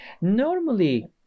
Normally